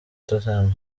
tottenham